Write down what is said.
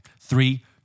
Three